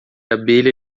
abelha